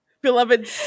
Beloved